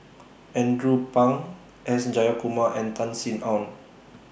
Andrew Phang S Jayakumar and Tan Sin Aun